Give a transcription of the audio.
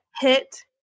hit